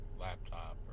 laptop